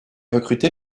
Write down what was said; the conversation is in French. recruté